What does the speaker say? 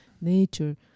nature